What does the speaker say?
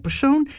persoon